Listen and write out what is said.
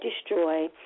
destroy